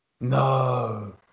No